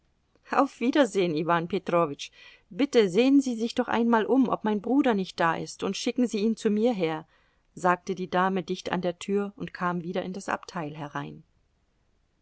auf wiedersehen iwan petrowitsch bitte sehen sie sich doch einmal um ob mein bruder nicht da ist und schicken sie ihn zu mir her sagte die dame dicht an der tür und kam wieder in das abteil herein